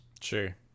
Sure